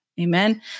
Amen